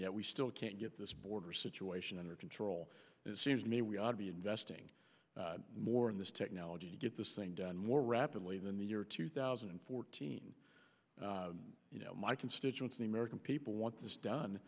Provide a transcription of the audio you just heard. yet we still can't get this border situation under control and it seems to me we ought to be investing more in this technology to get this thing done more rapidly than the year two thousand and fourteen and you know my constituents the american people want this done